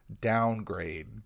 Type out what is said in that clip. downgrade